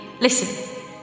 Listen